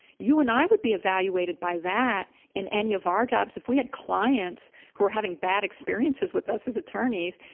you and i would be evaluated by that in any of our jobs if we had clients who were having bad experiences with us as attorneys.